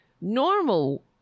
normal